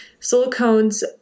Silicones